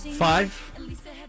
Five